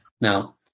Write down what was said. Now